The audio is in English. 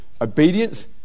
Obedience